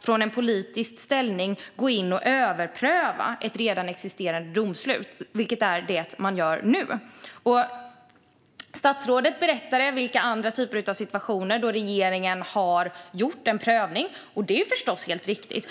från en politisk ställning ska överpröva ett redan existerande domslut, vilket är det man gör nu. Statsrådet berättade i vilka andra typer av situationer regeringen har gjort en prövning. Det är förstås helt riktigt.